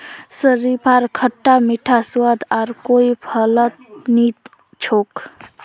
शरीफार खट्टा मीठा स्वाद आर कोई फलत नी छोक